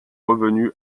revenu